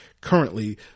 currently